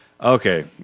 okay